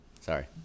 Sorry